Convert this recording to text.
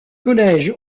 collège